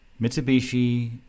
Mitsubishi